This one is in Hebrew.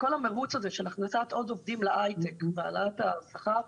בכל המירוץ הזה של הכנסת עוד עובדים להייטק והעלאת השכר,